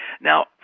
Now